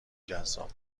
جذاب